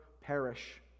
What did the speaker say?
perish